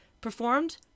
performed